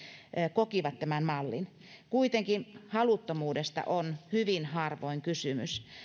kokivat tämän mallin kuitenkin haluttomuudesta on hyvin harvoin kysymys